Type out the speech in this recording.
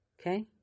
Okay